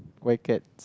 why cat